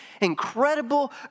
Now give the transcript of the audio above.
incredible